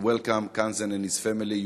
and welcome Kanzen and his family.